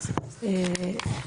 אין נמנעים.